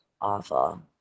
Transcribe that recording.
awful